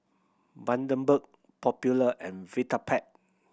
Bundaberg Popular and Vitapet